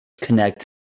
connect